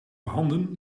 handen